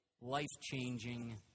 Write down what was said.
life-changing